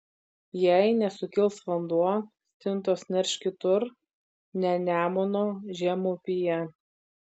jei nesukils vanduo stintos nerš kitur ne nemuno žemupyje